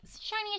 shiny